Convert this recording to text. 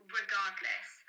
regardless